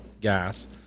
gas